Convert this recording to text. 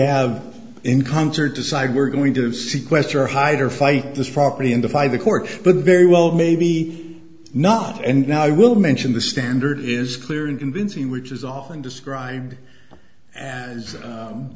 have encountered decide we're going to have sequester hider fight this property and defy the court but very well maybe not and now i will mention the standard is clear and convincing which is often described as